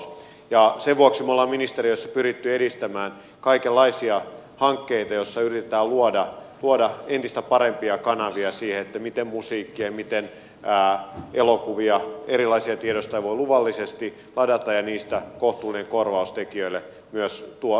sen vuoksi me olemme ministeriössä pyrkineet edistämään kaikenlaisia hankkeita joissa yritetään luoda entistä parempia kanavia siihen miten musiikkia miten elokuvia erilaisia tiedostoja voi luvallisesti ladata ja niistä kohtuullinen korvaus tekijöille myös tuottaa